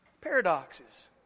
paradoxes